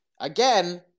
again